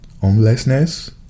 homelessness